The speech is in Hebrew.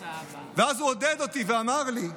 ואז הוא עודד אותי ואמר לי,